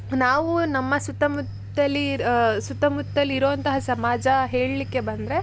ನಾವು ನಮ್ಮ ಸುತ್ತಮುತ್ತಲ ಸುತ್ತಮುತ್ತಲಿರೋ ಅಂತಹ ಸಮಾಜ ಹೇಳ್ಲಿಕ್ಕೆ ಬಂದರೆ